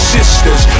Sisters